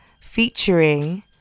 featuring